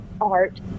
art